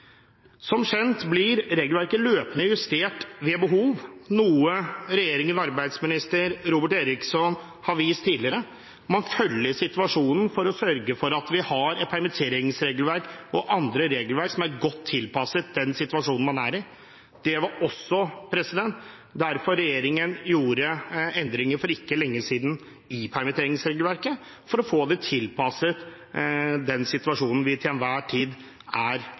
Som kjent blir regelverket løpende justert ved behov, noe regjeringen og arbeidsminister Robert Eriksson har vist tidligere. Man følger situasjonen for å sørge for at vi har et permitteringsregelverk og annet regelverk som er godt tilpasset den situasjonen man er i. Det var også derfor regjeringen gjorde endringer i permitteringsregelverket for ikke lenge siden for å få det tilpasset den situasjonen vi til enhver tid er